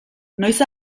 noiz